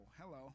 Hello